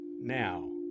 Now